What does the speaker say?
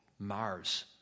Mars